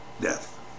death